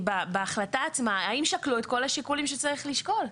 בהחלטה עצמה האם שקלו את כל השיקולים שצריך לשקול.